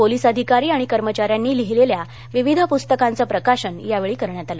police अधिकारी आणि कर्मचाऱ्यांनी लिहिलेल्या विविध पुस्तकांचं प्रकाशन यावेळी करण्यात आलं